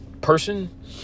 person